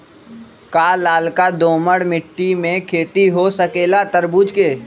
का लालका दोमर मिट्टी में खेती हो सकेला तरबूज के?